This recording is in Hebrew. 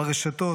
ברשתות,